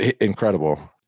incredible